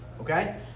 Okay